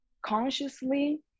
consciously